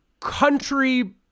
country